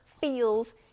feels